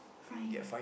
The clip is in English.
fine